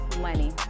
money